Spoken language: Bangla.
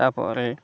তারপরে